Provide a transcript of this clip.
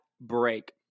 break